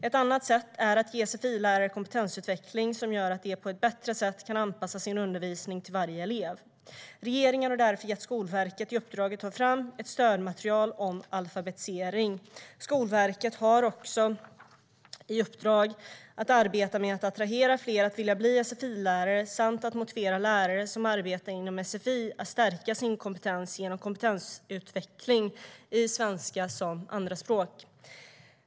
Ett annat sätt är att ge sfi-lärare kompetensutveckling som gör att de på ett bättre sätt kan anpassa sin undervisning till varje elev. Regeringen har därför gett Skolverket i uppdrag att ta fram ett stödmaterial om alfabetisering. Skolverket har också i uppdrag att arbeta med att attrahera fler att vilja bli sfi-lärare samt att motivera lärare som arbetar inom sfi att stärka sin kompetens genom kompetensutveckling i svenska som andraspråk.